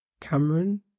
Cameron